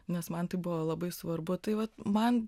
nes man tai buvo labai svarbu tai vat man